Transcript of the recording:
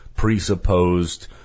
presupposed